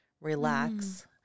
relax